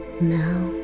now